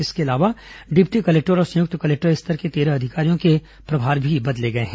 इसके अलावा deputy collector और संयुक्त कलेक्टर स्तर के तेरह अधिकारियों के प्रभार भी बदले गए हैं